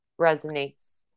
resonates